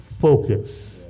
focus